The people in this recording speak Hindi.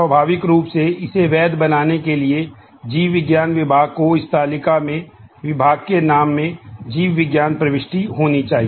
स्वाभाविक रूप से इसे वैध बनाने के लिए जीव विज्ञान विभाग को इस विभाग की तालिका में विभाग के नाम में जीव विज्ञान प्रविष्टि होनी चाहिए